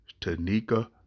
Tanika